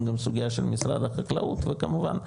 היא גם סוגייה של משרד החקלאות וכמובן,